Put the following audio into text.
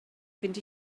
fynd